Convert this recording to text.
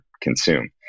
consume